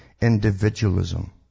Individualism